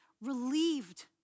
relieved